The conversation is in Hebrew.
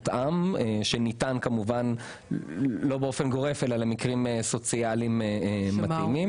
שניתן כמובן לא באופן גורף אלא למקרים סוציאליים מתאימים.